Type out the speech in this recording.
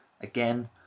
Again